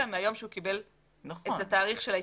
מהיום שהוא קיבל את התאריך של ה-התקבל.